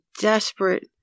desperate